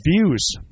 views